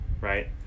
right